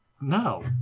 No